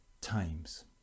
times